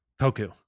Poku